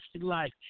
life